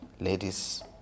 ladies